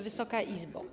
Wysoka Izbo!